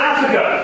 Africa